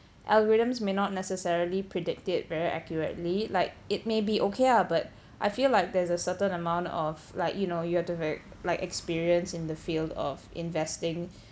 algorithms may not necessarily predict it very accurately like it may be okay ah but I feel like there's a certain amount of like you know you have to like experience in the field of investing